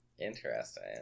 Interesting